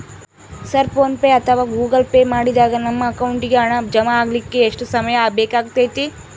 Sir PhonePe ಅಥವಾ Google Pay ಮಾಡಿದಾಗ ನಮ್ಮ ಅಕೌಂಟಿಗೆ ಹಣ ಜಮಾ ಆಗಲಿಕ್ಕೆ ಎಷ್ಟು ಸಮಯ ಬೇಕಾಗತೈತಿ?